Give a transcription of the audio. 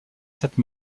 cette